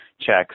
checks